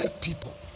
people